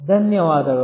ಧನ್ಯವಾದಗಳು